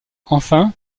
enfin